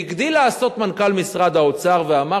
והגדיל לעשות מנכ"ל משרד האוצר ואמר